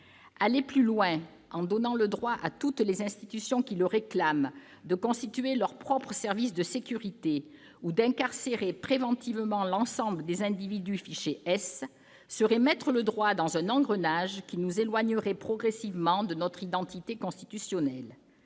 Aller plus loin, en donnant le droit à toutes les institutions qui le réclament de constituer leurs propres services de sécurité ou d'incarcérer préventivement l'ensemble des individus fichés S, serait mettre le doigt dans un engrenage qui nous éloignerait progressivement de notre identité constitutionnelle.